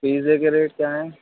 پیزے کے ریٹ کیا ہیں